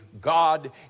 God